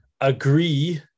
agree